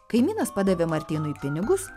kaimynas padavė martynui pinigus